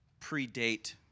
predate